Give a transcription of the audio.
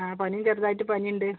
ആ പനിയും ചെറുതായിട്ട് പനി ഉണ്ട്